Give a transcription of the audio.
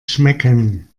schmecken